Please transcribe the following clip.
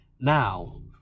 Now